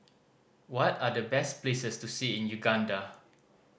what are the best places to see in Uganda